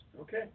Okay